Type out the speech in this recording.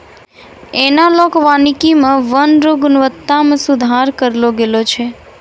एनालाँक वानिकी मे वन रो गुणवत्ता मे सुधार करलो गेलो छै